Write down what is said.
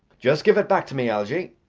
just give it back to me, algy.